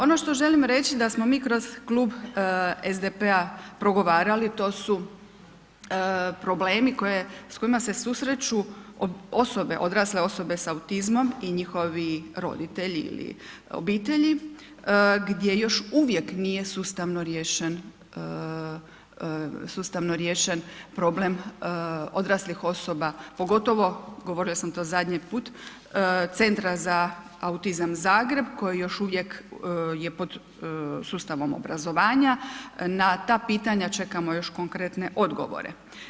Ono što želim reći da smo kroz klub SDP-a progovarali, to su problemi s kojima se susreću osobe, odrasle sa autizmom i njihovi roditelji ili obitelji gdje još uvijek nije sustavno riješen problem odraslih osoba pogotovo, govorila sam to zadnji put, Centra za autizam Zagreb koji još uvijek je pod sustavom obrazovanja, na ta pitanja čekamo još konkretne odgovore.